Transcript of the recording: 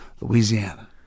Louisiana